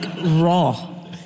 raw